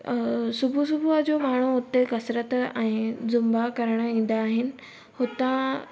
अ सुबुह सुबुह जो माण्हू हुते कसरत ऐं ज़ुम्बा करण ईंदा आहिनि हुता